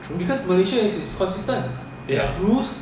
true ya